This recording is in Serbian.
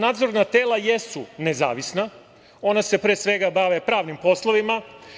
Nadzorna tela jesu nezavisna, ona se pre svega bave pravnim poslovima.